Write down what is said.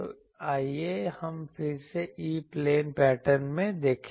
तो आइए हम फिर से E प्लेन पैटर्न में देखें